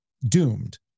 doomed